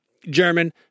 German